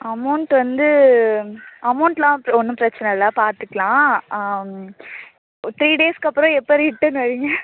amount வந்து amount எல்லாம் ஒன்றும் பிரச்சனை இல்லை பார்த்துக்கலாம் த்ரீ டேஸ்க்கு அப்புறம் எப்போ ரிட்டர்ன் வரிங்க